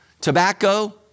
tobacco